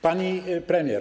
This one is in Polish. Pani Premier!